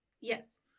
Yes